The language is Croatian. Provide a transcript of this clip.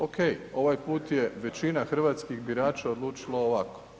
Ok, ovaj put je većina hrvatskih birača odlučila ovako.